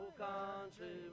country